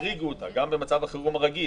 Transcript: החריגו אותה גם במצב החירום הרגיל